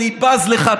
אני בז לך.